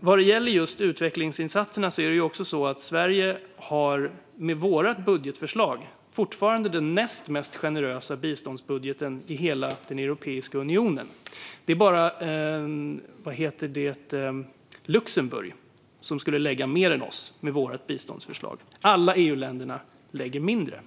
Vad gäller utvecklingsinsatserna har Sverige med vårt budgetförslag fortfarande den näst mest generösa biståndsbudgeten i hela Europeiska unionen. Det är bara Luxemburg som skulle lägga fram mer än vårt biståndsförslag. Alla EU-länder lägger fram mindre.